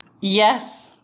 yes